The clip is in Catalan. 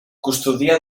custodia